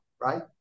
right